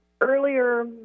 Earlier